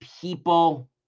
people